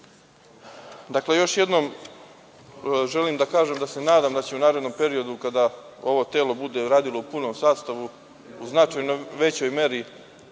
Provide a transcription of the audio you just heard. još jednom želim da kažem da se nadam da će u narednom periodu, kada ovo telo bude radilo u punom sastavu, u značajno većoj meri